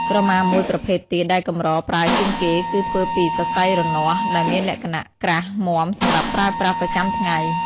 ក្រមាមួយប្រភេទទៀតដែលកម្រប្រើជាងគេគឺធ្វើពី សរសៃរនាស់ ដែលមានលក្ខណៈក្រាស់មាំសម្រាប់ប្រើប្រាស់ប្រចាំថ្ងៃ។